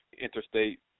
interstate